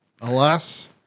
Alas